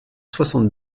soixante